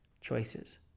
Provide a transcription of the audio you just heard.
choices